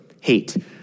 hate